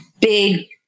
big